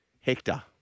Hector